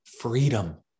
freedom